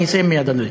אסיים מייד,